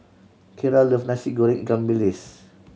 Kiera love Nasi Goreng ikan bilis